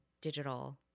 digital